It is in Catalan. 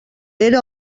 era